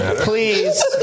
please